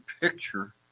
picture